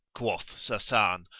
quoth sasan,